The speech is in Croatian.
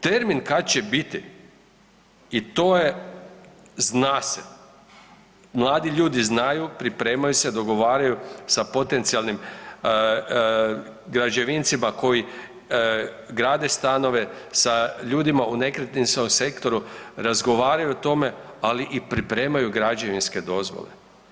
Termin kad će biti i to je zna se, mladi ljudi znaju, pripremaju se, dogovaraju sa potencijalnim građevincima koji grade stanove, sa ljudima u nekretninskom sektoru, razgovaraju o tome ali i pripremaju građevinske dozvole.